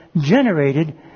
generated